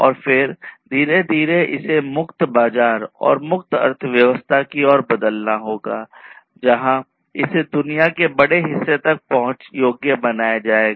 और फिर धीरे धीरे इसे मुक्त बाजार और मुक्त अर्थव्यवस्था की ओर बदलना होगा जहां इसे दुनिया के बड़े हिस्से तक पहुंच योग्य बनाया जाएगा